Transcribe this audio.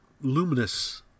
luminous